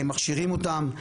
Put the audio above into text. מכשירים אותם,